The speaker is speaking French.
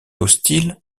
hostile